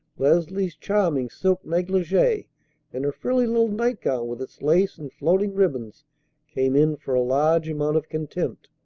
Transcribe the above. leslie's charming silk negligee and her frilly little nightgown with its lace and floating ribbons came in for a large amount of contempt,